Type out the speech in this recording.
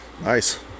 Nice